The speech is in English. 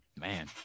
man